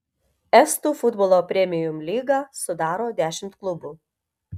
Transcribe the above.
estų futbolo premium lygą sudaro dešimt klubų